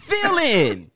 feeling